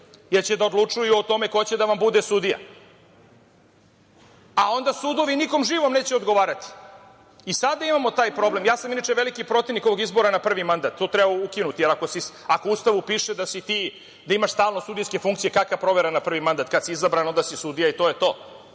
jer će da odlučuju o tome ko će da vam bude sudija, a onda sudovi nikom živom neće odgovarati i sada imamo taj problem. Ja sam inače veliki protivnik ovog izbora na prvi mandat, to treba ukinuti, ako u Ustavu piše da imaš stalno sudijske funkcije, kakva provera na prvi mandat kad si izabran, onda si sudija i to je to.